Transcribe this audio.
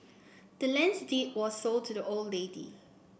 the land's deed was sold to the old lady